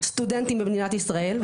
סטודנטים במדינת ישראל,